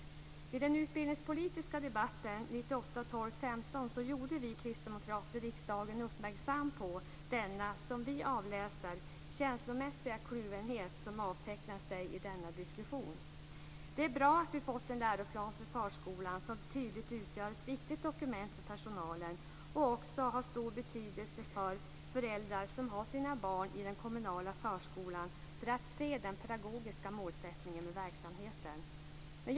Vid den utbildningspolitiska debatten den 15 december 1998 gjorde vi kristdemokrater riksdagen uppmärksam på den, som vi avläser det, känslomässiga kluvenhet som avtecknar sig i denna diskussion. Det är bra att vi har fått en läroplan för förskolan som tydligt utgör ett viktigt dokument för personalen och också har stor betydelse för föräldrar som har sina barn i den kommunala förskolan när det gäller att kunna se den pedagogiska målsättningen med verksamheten.